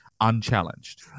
unchallenged